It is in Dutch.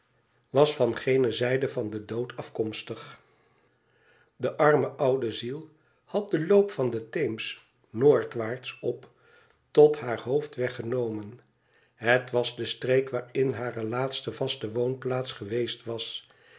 was van gene zijde van den dood afkomstig de arme oude ziel had den loop van den theems noordwaarts op tot haar hoofdweg genomen het was de streek waarin hare laatste vaste woonplaats geweest was